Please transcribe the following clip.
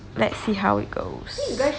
let's see how it goes